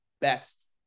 best